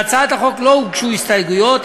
להצעת החוק לא הוגשו הסתייגויות.